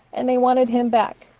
and they wanted him back.